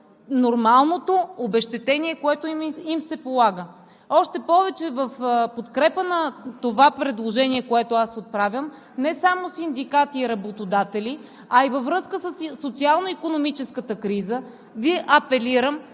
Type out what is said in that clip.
нормалното обезщетение, което им се полага. В подкрепа на това предложение, което отправям – не само синдикати и работодатели, а и във връзка със социално-икономическата криза апелирам